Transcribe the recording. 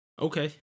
Okay